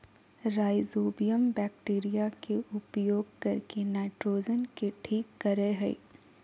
rhizobium bacteria के उपयोग करके नाइट्रोजन के ठीक करेय हइ